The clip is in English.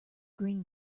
green